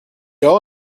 going